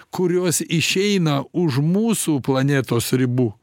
kurios išeina už mūsų planetos ribų